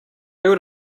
would